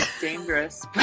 dangerous